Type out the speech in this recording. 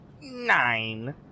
Nine